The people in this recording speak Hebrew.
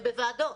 הם בוועדות,